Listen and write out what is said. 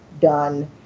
done